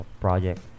project